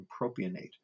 propionate